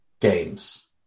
games